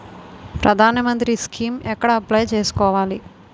ప్రధాన మంత్రి స్కీమ్స్ ఎక్కడ అప్లయ్ చేసుకోవాలి?